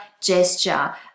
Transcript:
gesture